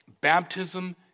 Baptism